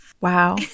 Wow